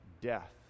death